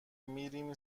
میرم